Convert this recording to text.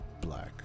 black